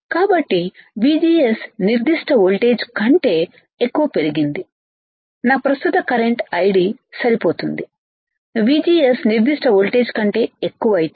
కాబట్టి VGSనిర్దిష్ట వోల్టేజ్ కంటే ఎక్కువ పెరిగింది నా ప్రస్తుత కరెంటు ID సరిపోతుందిVGSనిర్దిష్ట వోల్టేజ్ కంటే ఎక్కువైతే